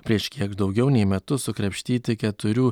prieš kiek daugiau nei metus sukrapštyti keturių